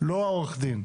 לא עורך הדין.